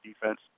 defense